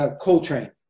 Coltrane